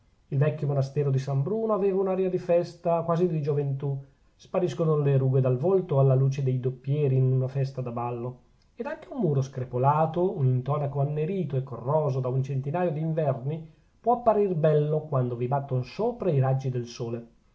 il vecchio monastero di san bruno aveva un'aria di festa quasi di gioventù spariscono le rughe dal volto alla luce dei doppieri in una festa da ballo ed anche un muro screpolato un intonaco annerito e corroso da un centinaio d'inverni può apparir bello quando vi batton sopra i raggi del sole